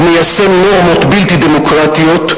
הוא מיישם נורמות בלתי דמוקרטיות,